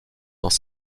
dans